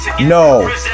No